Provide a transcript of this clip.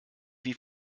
wie